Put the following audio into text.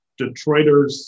Detroiters